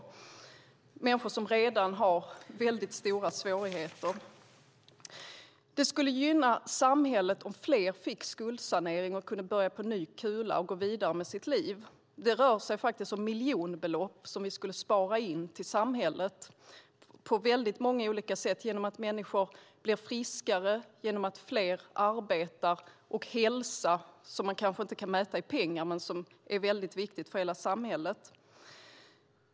Det är människor som redan har stora svårigheter. Det skulle gynna samhället om fler fick skuldsanering och kunde börja på ny kula och gå vidare med sitt liv. Det rör sig om miljonbelopp som vi skulle spara in för samhället på många olika sätt - genom att människor blir friskare, genom att fler arbetar och genom ökad hälsa, som man kanske inte kan mäta i pengar men som är viktigt för hela samhället.